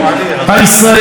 הציבור בישראל,